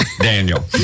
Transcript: Daniel